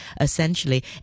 essentially